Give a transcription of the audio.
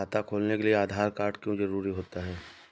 खाता खोलने के लिए आधार कार्ड क्यो जरूरी होता है?